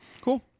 cool